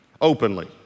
openly